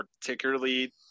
particularly